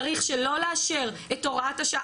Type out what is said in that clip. צריך שלא לאשר את הוראת השעה,